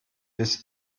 bis